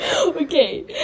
Okay